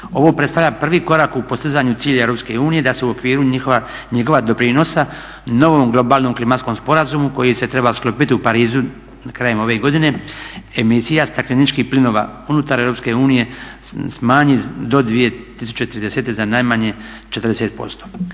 Ovo predstavlja prvi korak u postizanju cilja Europske unije da se u okviru njegova doprinosa novom globalnom klimatskom sporazumu koji se treba sklopiti u Parizu krajem ove godine, emisija stakleničkih plinova unutar Europske unije smanji do 2030. za najmanje 40%.